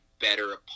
better